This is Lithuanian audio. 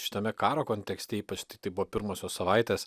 šitame karo kontekste ypač tiktai po pirmosios savaitės